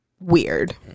weird